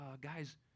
guys